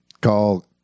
Call